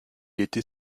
était